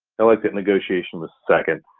negotiation the second.